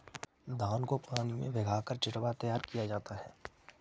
धान को पानी में भिगाकर चिवड़ा तैयार किया जाता है